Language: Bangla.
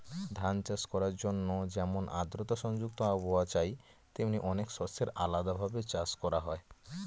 ধান চাষ করার জন্যে যেমন আদ্রতা সংযুক্ত আবহাওয়া চাই, তেমনি অনেক শস্যের আলাদা ভাবে চাষ হয়